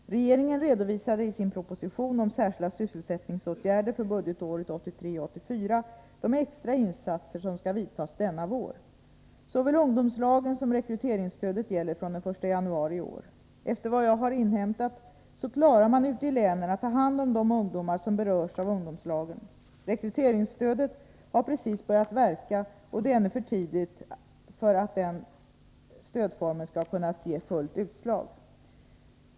Regeringen redovisade i sin proposition om särskilda sysselsättningsåtgärder för budgetåret 1983/84 de extra insatser som skall vidtas denna vår. Såväl ungdomslagen som rekryteringsstödet gäller från den 1 januari i år. Efter vad jag inhämtat så klarar man ute i länen att ta hand om de ungdomar som berörts av ungdomslagen. Rekryteringsstödet har precis börjat att verka, och det är ännu för tidigt för att den stödformen skall ha hunnit ge fullt utslag.